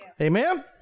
Amen